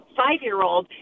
five-year-old